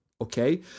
okay